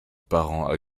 parents